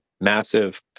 massive